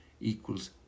equals